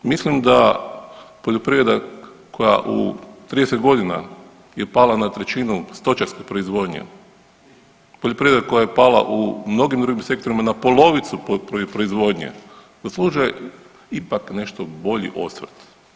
Mislim da poljoprivreda koja u 30 godina je pala na trećinu stočarske proizvodnje, poljoprivreda koja je pala u mnogim drugim sektorima na polovicu proizvodnje zaslužuje ipak nešto bolji osvrt.